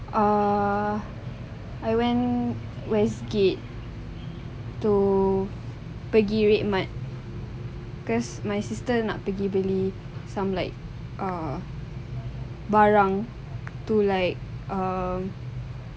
err I went west gate to pergi redmart cause my sister nak pergi beli some like uh barang to like um